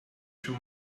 schon